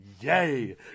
yay